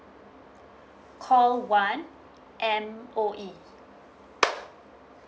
call one M_O_E